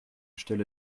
stelle